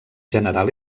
general